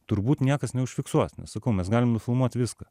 turbūt niekas neužfiksuos nes sakau mes galim nufilmuot viską